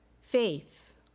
Faith